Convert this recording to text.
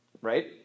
right